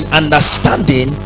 understanding